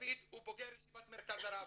דוד הוא בוגר ישיבת מרכז הרב